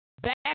back